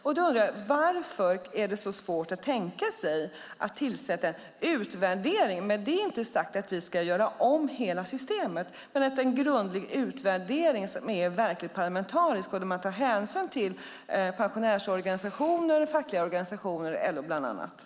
Jag undrar: Varför är det så svårt att tänka sig att tillsätta en utvärdering? Med det inte sagt att vi ska göra om hela systemet, men vi vill ha en grundlig utvärdering som är verkligt parlamentarisk och där man tar hänsyn till pensionärsorganisationer och fackliga organisationer, bland annat LO.